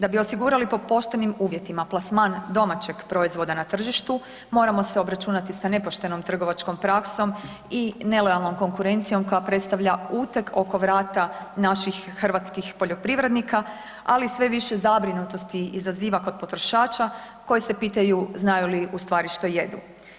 Da bi osigurali po poštenim uvjetima plasman domaćeg proizvoda na tržištu, moramo se obračunati sa nepoštenom trgovačkom praksom i nelojalnoj konkurencijom koja predstavlja uteg oko vrata naših hrvatskih poljoprivrednika ali i sve više zabrinutosti izaziva kod potrošača koji se pitaju znaju li ustvari što jedu.